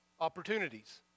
opportunities